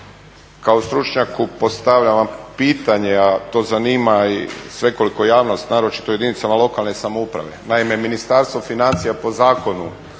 Kao stručnjaku postavljam vam pitanje, a to zanima i svekoliku javnost naročito u jedinicama lokalne samouprave. Naime, Ministarstvo financija po zakonu